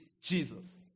Jesus